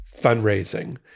fundraising